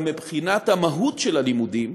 אבל מבחינת המהות של הלימודים